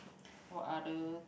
what other